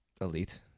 Elite